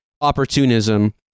opportunism